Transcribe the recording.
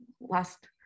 last